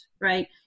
Right